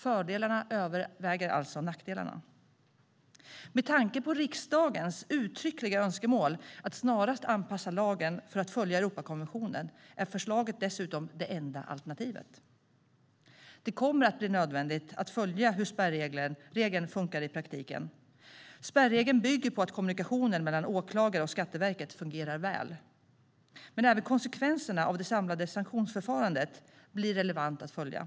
Fördelarna överväger alltså nackdelarna. Med tanke på riksdagens uttryckliga önskemål att snarast anpassa lagen för att följa Europakonventionen är förslaget dessutom det enda alternativet. Det kommer att bli nödvändigt att följa hur spärregeln funkar i praktiken. Spärregeln bygger på att kommunikationen mellan åklagare och Skatteverket fungerar väl, men även konsekvenserna av det samlade sanktionsförfarandet blir relevanta att följa.